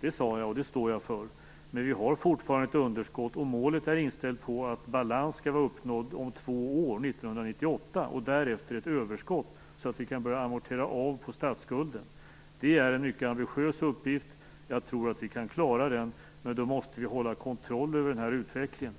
Det sade jag, och det står jag för. Men vi har fortfarande ett underskott, och målet är inställt på att balans skall vara uppnådd om två år, 1998. Därefter skall det uppstå ett överskott så att vi kan börja amortera av på statsskulden. Det är en mycket ambitiös uppgift. Jag tror att vi kan klara den. Men då måste vi ha kontroll över utvecklingen.